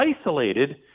isolated